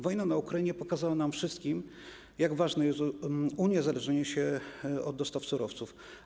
Wojna w Ukrainie pokazała nam wszystkim, jak ważne jest uniezależnienie się od dostaw surowców.